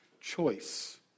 choice